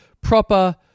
proper